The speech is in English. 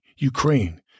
Ukraine